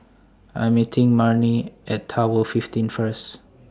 I Am meeting Marnie At Tower fifteen First